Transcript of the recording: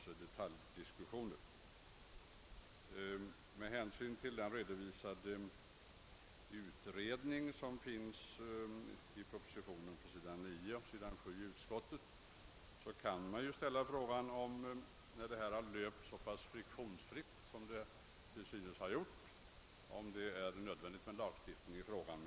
Med tanke på vad lagberedningen anför, vilket redovisas på s. 9 i propositionen och på s. 7 i utlåtandet, kan man ställa frågan om det, när allt har löpt så pass friktionsfritt som det till synes har gjort, är nödvändigt med lagstiftning.